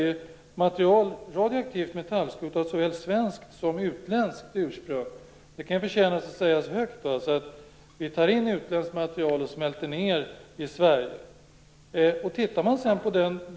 Det gäller radioaktivt metallskrot av såväl svenskt som utländskt ursprung. Det kan förtjäna att sägas högt att utländskt material tas in och smälts ned i Sverige.